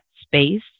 space